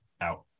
out